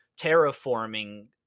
terraforming